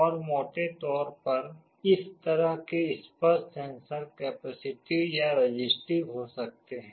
और मोटे तौर पर इस तरह के स्पर्श सेंसर कैपेसिटिव या रेसिस्टिव हो सकते हैं